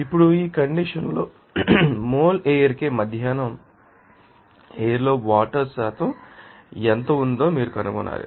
ఇప్పుడు ఈ కండిషన్ లో మోల్ ఎయిర్ కి మధ్యాహ్నం ఎయిర్ లో వాటర్ శాతం ఎంత ఉందో మీరు కనుగొనాలి